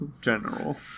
general